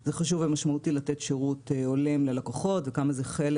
זה חשוב ומשמעותי לתת שירות הולם ללקוחות וכמה זה חלק